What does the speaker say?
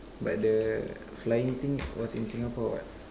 but the flying thing was in Singapore what